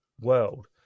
world